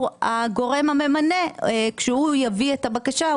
הגורם הממנה כי כשהוא יביא את הבקשה,